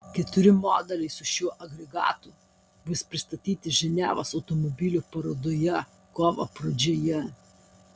keturi modeliai su šiuo agregatu bus pristatyti ženevos automobilių parodoje kovo pradžioje